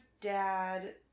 dad